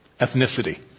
ethnicity